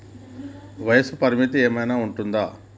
వయస్సు పరిమితి ఏమైనా ఉంటుందా?